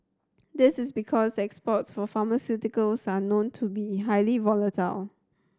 this is because exports for pharmaceuticals are known to be highly volatile